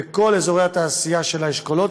בכל אזורי התעשייה של האשכולות,